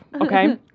Okay